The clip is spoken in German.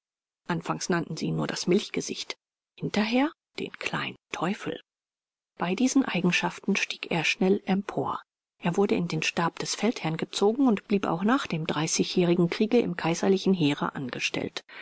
anfangs nannten sie ihn nur das milchgesicht hinterher den kleinen teufel bei diesen eigenschaften stieg er schnell empor er wurde in den stab des feldherrn gezogen und blieb auch nach dem dreißigjährigen kriege im kaiserlichen heere angestellt